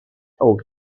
old